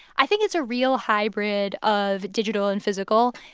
i think it's a real hybrid of digital and physical.